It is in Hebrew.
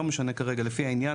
לא משנה כרגע לפי העניין,